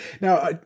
Now